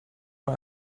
neu